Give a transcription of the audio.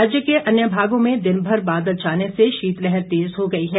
राज्य के अन्य भागों में दिनभर बादल छाने से शीतलहर तेज हो गई है